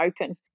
open